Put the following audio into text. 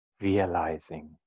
realizing